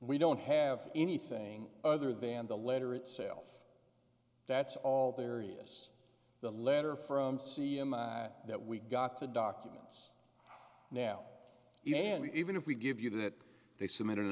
we don't have anything other than the letter itself that's all there is the letter from see that we got the documents now and even if we give you that they submitted